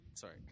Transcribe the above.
Sorry